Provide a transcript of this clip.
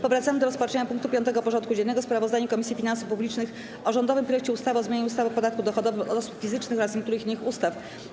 Powracamy do rozpatrzenia punktu 5. porządku dziennego: Sprawozdanie Komisji Finansów Publicznych o rządowym projekcie ustawy o zmianie ustawy o podatku dochodowym od osób fizycznych oraz niektórych innych ustaw.